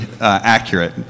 accurate